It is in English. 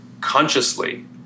consciously